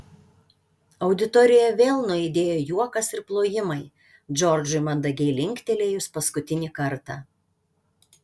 auditorijoje vėl nuaidėjo juokas ir plojimai džordžui mandagiai linktelėjus paskutinį kartą